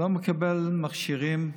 שלא מקבל מכשירים,